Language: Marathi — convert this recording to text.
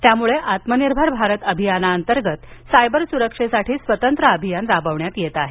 त्यामुळे आत्मनिर्भर भारत अभियानाअंतर्गत सायबर सुरक्षेसाठी स्वतंत्र अभियान राबविण्यात येत आहे